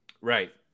right